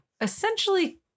essentially